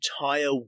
entire